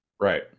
Right